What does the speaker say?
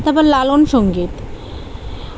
তারপর লালন সংগীত